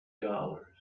dollars